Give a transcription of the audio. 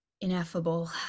ineffable